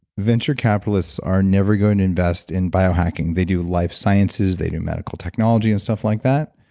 venture capitalists are never going to invest in biohacking. they do life sciences, they do medical technology and stuff like that,